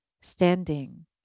standing